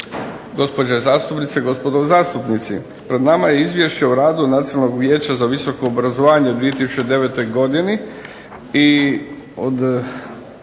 gospođe zastupnice, gospodo zastupnici. Pred nama je Izvješće o radu Nacionalnog vijeća za visoko obrazovanje u 2009. godini